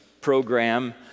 program